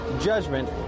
judgment